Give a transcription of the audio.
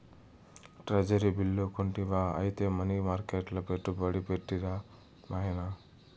treasury bill కొంటివా ఐతే money మర్కెట్ల పెట్టుబడి పెట్టిరా నాయనా